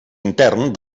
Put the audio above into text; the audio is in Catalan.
intern